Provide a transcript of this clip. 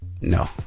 No